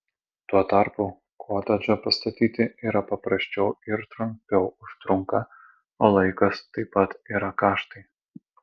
tuo tarpu kotedžą pastatyti yra paprasčiau ir trumpiau užtrunka o laikas taip pat yra kaštai